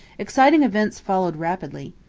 exciting events followed rapidly.